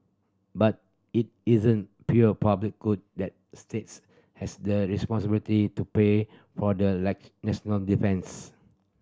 but it isn't pure public good that states has the responsibility to pay for the like national defence